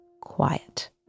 quiet